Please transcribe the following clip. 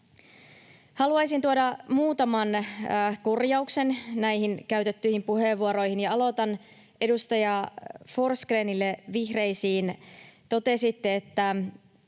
Haluaisin tuoda muutaman korjauksen näihin käytettyihin puheenvuoroihin, ja aloitan vihreiden edustaja Forsgrénistä. Totesitte, että